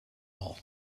all